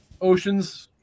Oceans